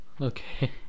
Okay